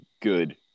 good